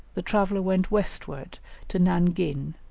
the traveller went westward to nan-ghin,